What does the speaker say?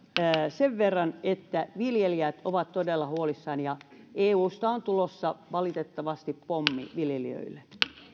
sen verran että viljelijät ovat todella huolissaan ja eusta on tulossa valitettavasti pommi viljelijöille